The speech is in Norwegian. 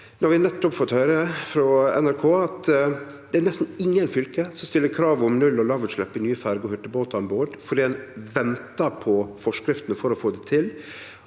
No har vi nettopp fått høyre frå NRK at det er nesten ingen fylke som stiller krav om null- og lågutslepp for nye ferjer ved hurtigbåtanbod, fordi ein venter på forskriftene for å få det til.